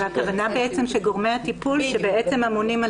והכוונה היא שגורמי הטיפול שבעצם אמונים על